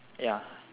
ya